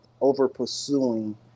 over-pursuing